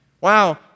Wow